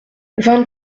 vingt